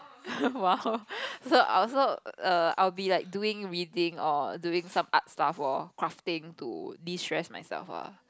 !wow! so I'll also err I will be like doing reading or doing some art stuff lor crafting to de stress myself lah